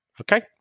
Okay